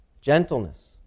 gentleness